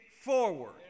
forward